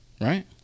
Right